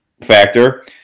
factor